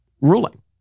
ruling